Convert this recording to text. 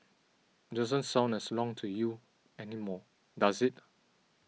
doesn't sound as long to you anymore does it